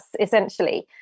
essentially